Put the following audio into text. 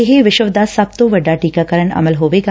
ਇਹ ਵਿਸ਼ਵ ਦਾ ਸਭ ਤੋ ਵੱਡਾ ਟੀਕਾਕਰਨ ਅਮਲ ਹੋਵੇਗਾ